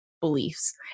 beliefs